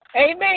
Amen